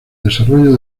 desarrollo